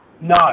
No